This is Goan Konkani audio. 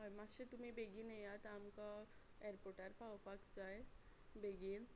हय मातशे तुमी बेगीन येयात आमकां एअरपोर्टार पावपाक जाय बेगीन